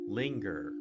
linger